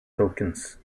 tokens